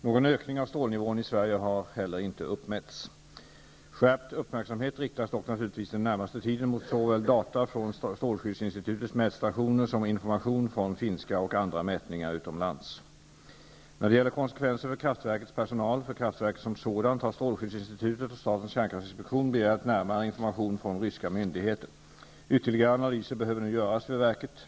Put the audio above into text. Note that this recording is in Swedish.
Någon ökning av strålnivån i Sverige har heller inte uppmätts. Skärpt uppmärksamhet riktas dock naturligtvis den närmaste tiden mot såväl data från strålskyddsinstitutets mätstationer som information från finska mätningar och andra mätningar utomlands. När det gäller konsekvenser för kraftverkets personal och för kraftverket som sådant, har strålskyddsinstitutet och statens kärnkraftinspektion begärt närmare information från ryska myndigheter. Ytterligare analyser behöver nu göras vid verket.